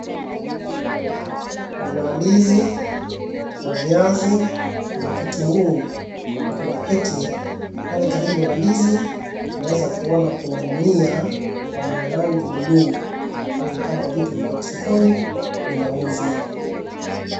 Kuna ndizi na viazi, kuna kitunguu na kuna kreti pale karibu na ndizi. Tunaweza kuona kuna gunia la rangi bluu. Pale ni kama vitu viko sokoni vinauzwa.